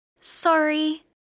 Sorry